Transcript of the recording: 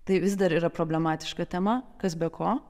tai vis dar yra problematiška tema kas be ko